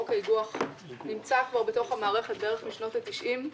חוק האיגוח נמצא בתוך המערכת כבר בערך משנות התשעים.